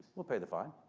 we'll pay the fine.